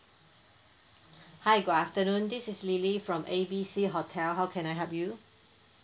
hi good afternoon this is lily from A B C hotel how can I help you